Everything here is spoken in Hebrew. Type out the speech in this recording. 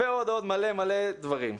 ועוד מלא מלא דברים.